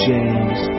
James